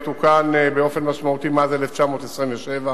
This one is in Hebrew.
לא תוקן באופן משמעותי מאז 1927,